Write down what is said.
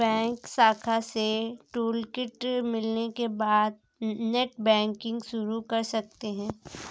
bank शाखा से toolkit मिलने के बाद नेटबैंकिंग शुरू कर सकते है